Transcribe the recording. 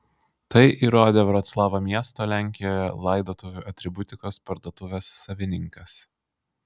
tai įrodė vroclavo miesto lenkijoje laidotuvių atributikos parduotuvės savininkas